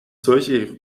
solche